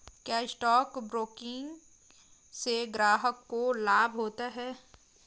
क्या stock broking से ग्राहक को लाभ होता है?